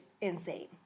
insane